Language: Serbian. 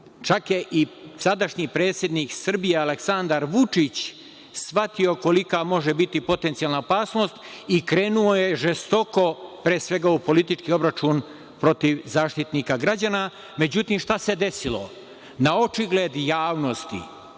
čak je i sadašnji predsednik Srbije, Aleksandar Vučić, shvatio kolika može biti potencijalna opasnost i krenuo je žestoko, pre svega u politički obračun Zaštitnika građana.Međutim, šta se desilo? Na očigled javnosti,